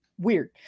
weird